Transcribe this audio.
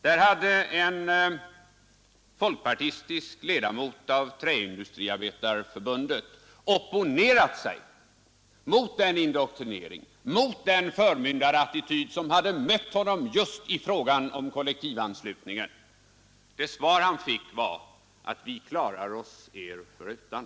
Där hade en folkpartistisk ledamot av Träindustriarbetareförbundet opponerat sig mot den indoktrinering och förmyndarattityd som mött honom just i fråga om kollektivanslutningen. Det svar han fick var att vi klarar oss er förutan.